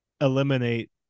eliminate